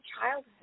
childhood